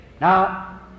Now